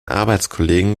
arbeitskollegen